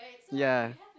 ya